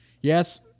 Yes